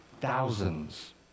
thousands